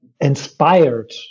inspired